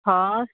ହଁ